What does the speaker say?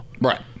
right